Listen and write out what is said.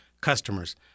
customers